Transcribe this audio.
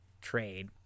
trade